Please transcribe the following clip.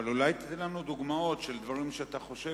אולי תן לנו דוגמאות של דברים שאתה חושב,